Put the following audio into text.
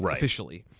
ah officially.